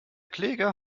kläger